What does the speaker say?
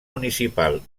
municipal